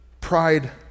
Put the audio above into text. Pride